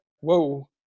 Whoa